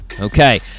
Okay